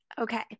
Okay